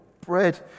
bread